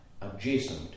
adjacent